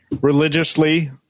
religiously